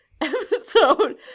episode